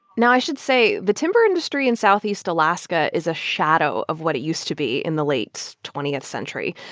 now, i should say the timber industry in southeast alaska is a shadow of what it used to be in the late twentieth century,